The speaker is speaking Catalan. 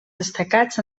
destacats